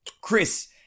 Chris